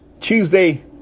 Tuesday